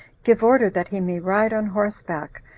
give order that he may ride on horseback,